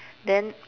then